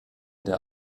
der